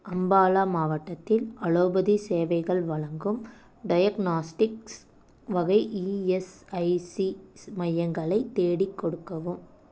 அம்பாலா மாவட்டத்தில் அலோபதி சேவைகள் வழங்கும் டயக்னாஸ்டிக்ஸ் வகை இஎஸ்ஐசி மையங்களை தேடிக் கொடுக்கவும்